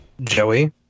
Joey